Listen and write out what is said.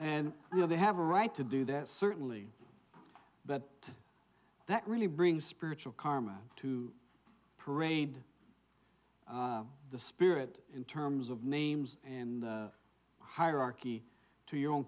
and you know they have a right to do that certainly but that really brings spiritual karma to parade the spirit in terms of names and hierarchy to your own